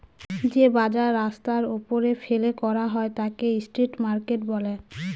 যে বাজার রাস্তার ওপরে ফেলে করা হয় তাকে স্ট্রিট মার্কেট বলে